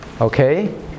Okay